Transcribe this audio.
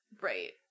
Right